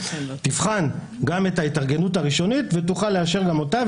תבחן גם את ההתארגנות הראשונית ותוכל לאשר גם אותה,